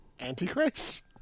Antichrist